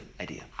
idea